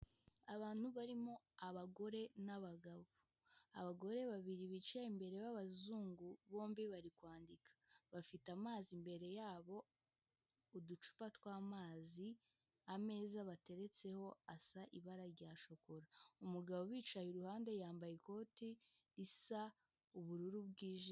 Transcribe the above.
abantu barimo abagore n'abagabo abagore babiri bicaye imbere y'abazungu bombi bari kwandika bafite amazi imbere yabo uducupa t twamazi ameza bateretseho asa ibara rya shokora umugabo bicaye iruhande yambaye ikoti risa ubururu bwijimye